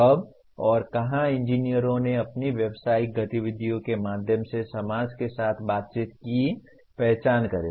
कब और कहाँ इंजीनियरों ने अपनी व्यावसायिक गतिविधियों के माध्यम से समाज के साथ बातचीत की पहचान करें